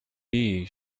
bee